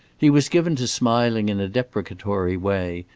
he was given to smiling in a deprecatory way,